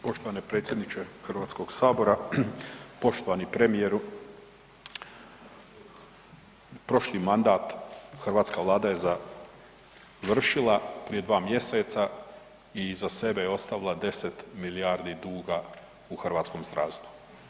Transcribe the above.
Poštovani predsjedniče Hrvatskog sabora, poštovani premijeru prošli mandat hrvatska Vlada je završila prije 2 mj., iza sebe je ostavila 10 milijardi duga u hrvatskom zdravstvu.